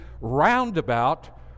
roundabout